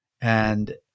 and-